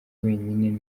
wenyine